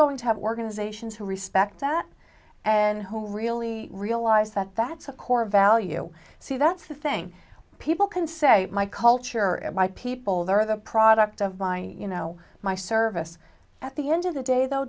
going to have we're going to zation to respect that and who really realize that that's a core value see that's the thing people can say my culture and my people there are the product of my you know my service at the end of the day though